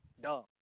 dumb